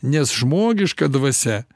nes žmogiška dvasia